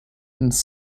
its